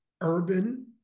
urban